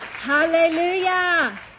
Hallelujah